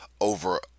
over